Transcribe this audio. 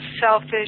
selfish